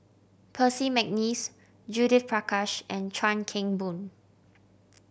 Percy McNeice Judith Prakash and Chuan Keng Boon